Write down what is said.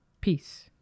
Peace